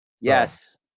Yes